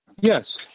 Yes